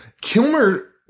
Kilmer